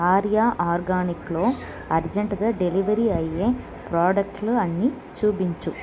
ఆర్యా ఆర్గానిక్లో అర్జెంట్గా డెలివరీ అయ్యే ప్రోడక్ట్లు అన్నీ చూపించు